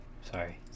Sorry